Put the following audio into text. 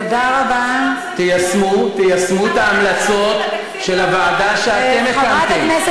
תיישמו את ההמלצות של הוועדה שאתם הקמתם.